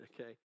okay